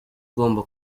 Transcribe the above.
ugomba